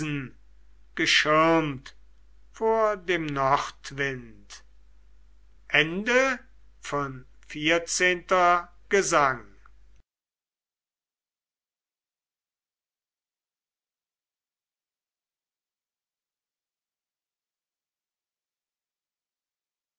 geschirmt vor dem nordwind xv gesang